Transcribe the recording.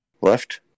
left